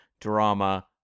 drama